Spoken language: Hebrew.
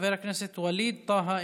חבר הכנסת ווליד טאהא,